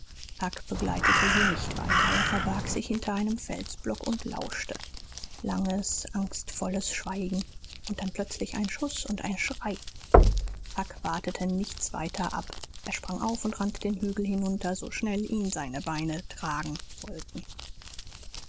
huck begleitete sie nicht weiter er verbarg sich hinter einem felsblock und lauschte langes angstvolles schweigen und dann plötzlich ein schuß und ein schrei huck wartete nichts weiter ab er sprang auf und rannte den hügel hinunter so schnell ihn seine beine tragen wollten